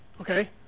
okay